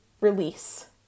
release